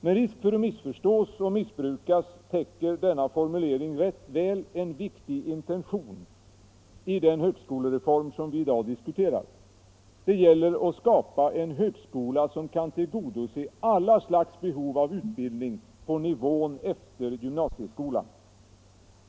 Med risk för att missförstås och missbrukas täcker denna formulering rätt väl en viktig intention i den högskolereform som vi i dag diskuterar: det gäller att skapa en högskola, som kan tillgodose alla slags behov av utbildning på nivån efter gymnasieskolan.